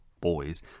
boys